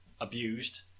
abused